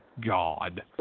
God